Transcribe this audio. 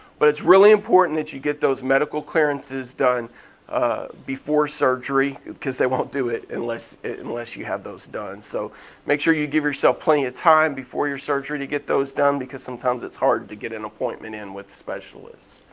but it's really important that you get those medical clearances done before surgery, cause they won't do it unless it unless you have those done. so make sure you give yourself plenty of time before your surgery to get those done because sometimes it's hard to get an appointment in with specialists.